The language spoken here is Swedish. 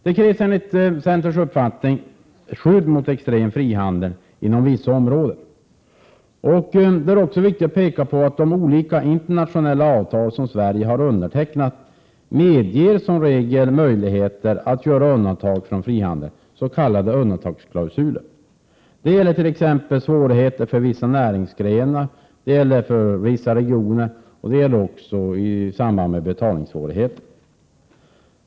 Det krävs enligt centerns uppfattning skydd mot extrem frihandel inom vissa områden. Det är också viktigt att påpeka att de olika internationella avtal som Sverige undertecknat som regel ger vissa möjligheter att göra undantag från frihandel, s.k. undantagsklausuler. Det gäller t.ex. svårigheter för vissa näringsgrenar och regioner, och det gäller även i samband med betalningssvårigheter.